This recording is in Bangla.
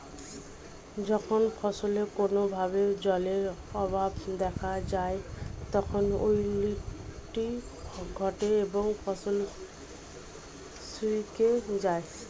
যখন ফসলে কোনো ভাবে জলের অভাব দেখা যায় তখন উইল্টিং ঘটে এবং ফসল শুকিয়ে যায়